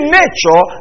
nature